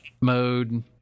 mode